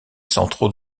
centraux